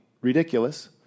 ridiculous